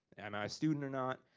am i a student or not?